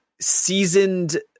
seasoned